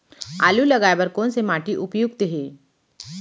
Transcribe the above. आलू लगाय बर कोन से माटी उपयुक्त हे?